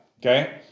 okay